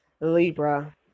Libra